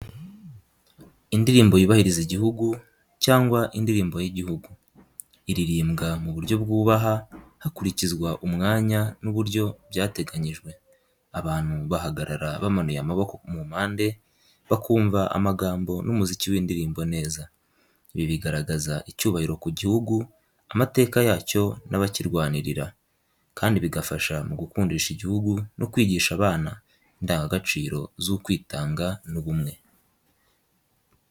Indirimbo yubahiriza igihugu, cyangwa indirimbo y’igihugu, iririmbwa mu buryo bwubaha, hakurikizwa umwanya n’uburyo byateganyijwe. Abantu bahagarara bamanuye amaboko mu mpande, bakumva amagambo n’umuziki w’indirimbo neza. Ibi bigaragaza icyubahiro ku gihugu, amateka yacyo n’abakirwanirira, kandi bigafasha mu gukundisha igihugu no kwigisha abana indangagaciro z’ukwitanga n’ubumwe.